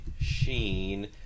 Sheen